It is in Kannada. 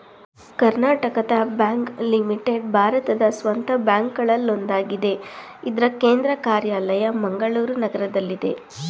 ಕರ್ನಾಟಕ ಬ್ಯಾಂಕ್ ಲಿಮಿಟೆಡ್ ಭಾರತದ ಸ್ವಂತ ಬ್ಯಾಂಕ್ಗಳಲ್ಲೊಂದಾಗಿದೆ ಇದ್ರ ಕೇಂದ್ರ ಕಾರ್ಯಾಲಯ ಮಂಗಳೂರು ನಗರದಲ್ಲಿದೆ